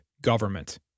government